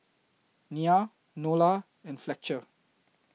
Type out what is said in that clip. Nya Nola and Fletcher